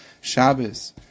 Shabbos